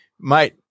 mate